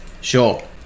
Sure